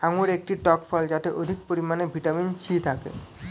আঙুর একটি টক ফল যাতে অধিক পরিমাণে ভিটামিন সি থাকে